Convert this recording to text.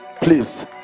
Please